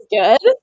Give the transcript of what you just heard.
good